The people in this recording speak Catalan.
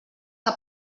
que